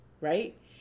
right